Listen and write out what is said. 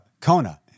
kona